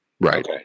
Right